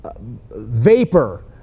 vapor